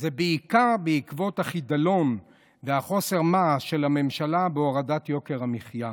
זה בעיקר בעקבות החידלון וחוסר המעש של הממשלה בהורדת יוקר המחיה.